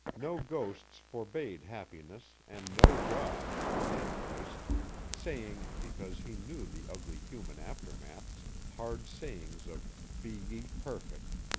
no ghosts forbade happiness and no god man-voiced saying, because he knew the ugly human aftermaths, hard sayings of be ye perfect.